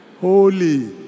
holy